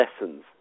lessons